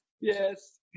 Yes